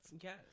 yes